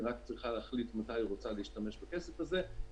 היא רק צריכה להחליט מתי היא רוצה להשתמש בכסף הזה.